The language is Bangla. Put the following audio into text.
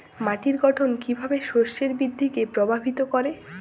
মাটির গঠন কীভাবে শস্যের বৃদ্ধিকে প্রভাবিত করে?